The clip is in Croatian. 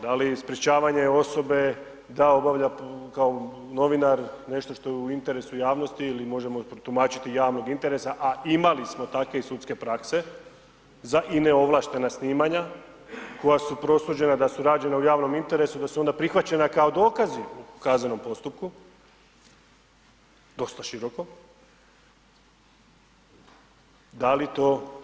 Da li sprečavanje osobe da obavlja kao novinar nešto što je u interesu javnosti ili možemo protumačiti od javnog interesa, a imali smo takve sudske prakse za i neovlaštena snimanja koja su prosuđena da su rađena u javnom interesu, da su onda prihvaćeni kao dokazi u kaznenom postupku, dosta široko.